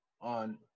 on